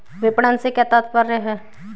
विपणन से क्या तात्पर्य है?